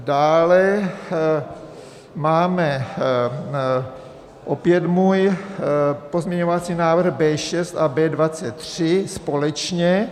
Dále máme opět můj pozměňovací návrh, B6 a B23 společně.